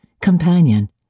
companion